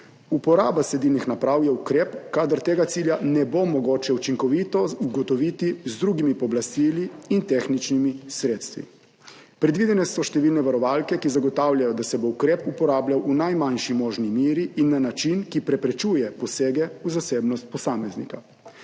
Uporaba sledilnih naprav je ukrep, [ki se uporabi,] kadar tega cilja ne bo mogoče učinkovito ugotoviti z drugimi pooblastili in tehničnimi sredstvi. Predvidene so številne varovalke, ki zagotavljajo, da se bo ukrep uporabljal v najmanjši možni meri in na način, ki preprečuje posege v zasebnost posameznika.